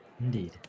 Indeed